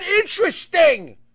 interesting